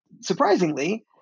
surprisingly